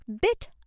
bit